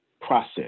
process